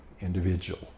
individual